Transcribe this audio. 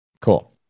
Cool